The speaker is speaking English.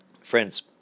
Friends